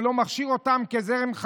זה לא מכשיר אותם כזרם,